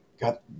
got